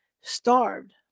Starved